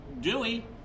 Dewey